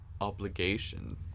obligation